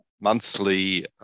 monthly